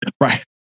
Right